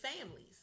families